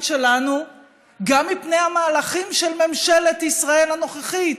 שלנו גם מפני המהלכים של ממשלת ישראל הנוכחית.